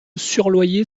surloyer